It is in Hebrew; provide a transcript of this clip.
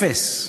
אפס.